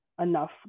enough